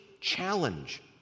challenge